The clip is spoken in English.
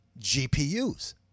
GPUs